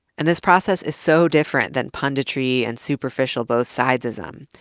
and this process is so different than punditry and superficial both sides-ism.